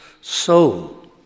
soul